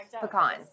Pecans